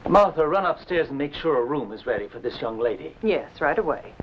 martha run upstairs and make sure a room is ready for this young lady yes right away